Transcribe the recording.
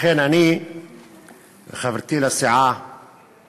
לכן אני וחברתי לסיעה